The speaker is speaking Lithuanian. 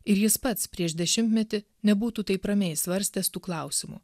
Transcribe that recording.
ir jis pats prieš dešimtmetį nebūtų taip ramiai svarstęs tų klausimų